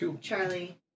Charlie